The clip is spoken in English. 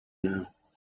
now